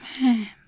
Man